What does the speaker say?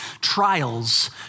Trials